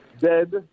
dead